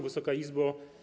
Wysoka Izbo!